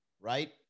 right